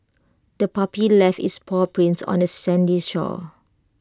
the puppy left its paw prints on the sandy shore